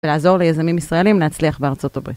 ולעזור ליזמים ישראלים להצליח בארה״ב.